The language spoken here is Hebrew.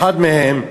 אחד מהם,